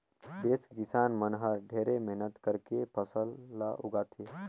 देस के किसान मन हर ढेरे मेहनत करके फसल ल उगाथे